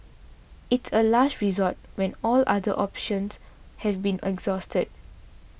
it's a last resort when all other options have been exhausted